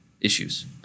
issues